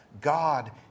God